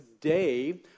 today